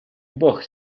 бог